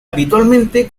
habitualmente